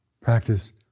Practice